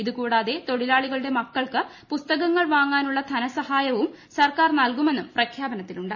ഇത് കൂടിാതെ തൊഴിലാളികളുടെ മക്കൾക്ക് പുസ്തകങ്ങൾ വാങ്ങ്ാന്ുള്ള ധനസഹായവും സർക്കാർ നൽകുമെന്നും പ്രഖ്യാപനത്തിലുണ്ട്